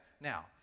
Now